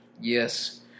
Yes